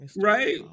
Right